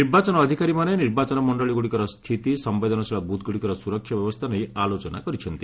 ନିର୍ବାଚନ ଅଧିକାରୀମାନେ ନିର୍ବାଚନମଣ୍ଡଳୀ ଗୁଡ଼ିକର ସ୍ଥିତି ସମ୍ବେଦନଶୀଳ ବୁଥ୍ ଗୁଡ଼ିକର ସୁରକ୍ଷା ବ୍ୟବସ୍ଥା ନେଇ ଆଲୋଚନା କରିଛନ୍ତି